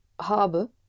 Habe